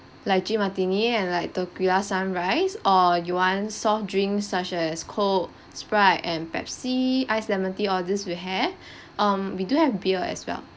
lychee martini and like tequila sunrise or you want soft drinks such as coke sprite and pepsi iced lemon tea all this we have um we do have beer as well